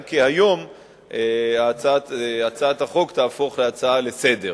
אם כי היום הצעת החוק תהפוך להצעה לסדר-היום.